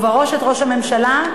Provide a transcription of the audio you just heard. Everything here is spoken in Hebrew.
ובראש את ראש הממשלה,